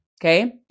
Okay